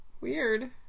Weird